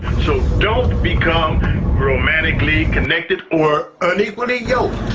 so don't become romantically connected or unequally yoked.